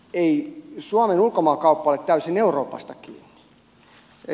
ei suomen ulkomaankauppa ole täysin euroopasta kiinni